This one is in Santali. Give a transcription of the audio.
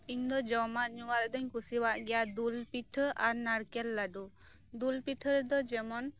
ᱤᱧ ᱫᱚ ᱡᱚᱢᱟᱜ ᱧᱩᱣᱟᱜ ᱨᱮᱫᱚᱧ ᱠᱩᱥᱤᱣᱟᱜ ᱜᱮᱭᱟ ᱫᱩᱞᱯᱤᱴᱷᱟᱹ ᱟᱨ ᱱᱟᱨᱠᱮᱞ ᱞᱟᱰᱩ ᱫᱩᱞ ᱯᱤᱴᱷᱟᱹ ᱨᱮᱫᱚ ᱡᱮᱢᱚᱱ